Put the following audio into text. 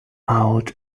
out